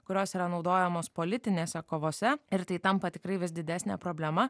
kurios yra naudojamos politinėse kovose ir tai tampa tikrai vis didesne problema